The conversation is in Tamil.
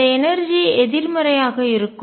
இந்த எனர்ஜிஆற்றல் எதிர்மறையாக இருக்கும்